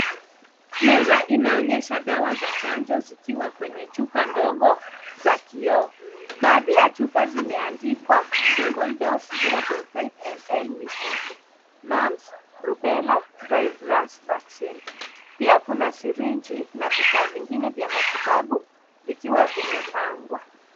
Meza inaonyesha dawa za chanjo zikiwa kwenye chupa ndogo za kioo baadhi ya chupa zimeandikwa single dose 0,5ml measles mumps rubella virus, vaccine. pia kuna syringe na vifaa vingine vya matibabu vikiwa vimepangwa.